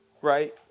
right